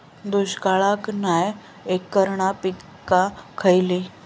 दुष्काळाक नाय ऐकणार्यो पीका खयली?